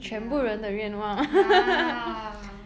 ya ya